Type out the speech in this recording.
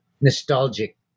nostalgic